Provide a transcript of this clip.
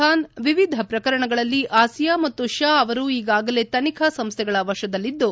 ಬಾನ್ ವಿವಿಧ ಪ್ರಕರಣಗಳಲ್ಲಿ ಆಸಿಯಾ ಮತ್ತು ಶಾ ಅವರು ಈಗಾಗಲೇ ತನಿಖಾ ಸಂಸ್ವೆಗಳ ವಶದಲ್ಲಿದ್ದು